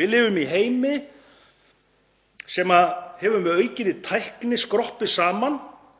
Við lifum í heimi sem hefur með aukinni tækni skroppið saman